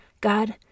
God